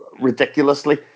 ridiculously